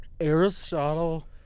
Aristotle